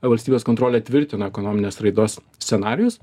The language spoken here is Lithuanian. valstybės kontrolė tvirtina ekonominės raidos scenarijus